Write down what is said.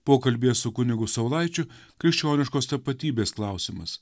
pokalbyje su kunigu saulaičiu krikščioniškos tapatybės klausimas